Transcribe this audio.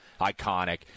iconic